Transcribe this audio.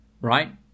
right